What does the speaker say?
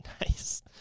nice